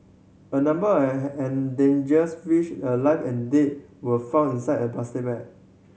a number endangers fish alive and dead were found inside a plastic bag